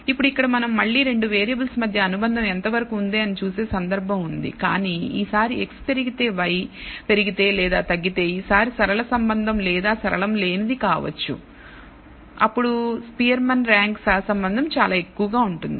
ఇప్పుడు ఇక్కడ మనం మళ్ళీ 2 వేరియబుల్స్ మధ్య అనుబంధం ఎంతవరకు ఉంది అని చూసే సందర్భం ఉంది కానీ ఈసారి x పెరిగితే y పెరిగితే లేదా తగ్గితే ఈసారి సంబంధం సరళము లేదా సరళం లేనిది కావచ్చు అప్పుడు స్పియర్మాన్ ర్యాంక్spearman's rank సహసంబంధం చాలా ఎక్కువగా ఉంటుంది